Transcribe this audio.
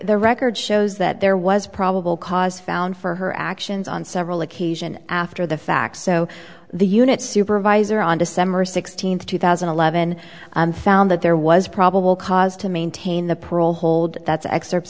the record shows that there was probable cause found for her actions on several occasion after the fact so the unit supervisor on december sixteenth two thousand and eleven found that there was probable cause to maintain the parole hold that's excerpts